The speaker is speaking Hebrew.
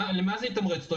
למה זה יתמרץ אותו?